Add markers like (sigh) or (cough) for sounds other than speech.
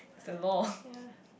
the law (laughs)